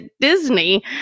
Disney